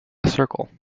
circle